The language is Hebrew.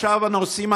והנוסעים?